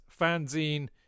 fanzine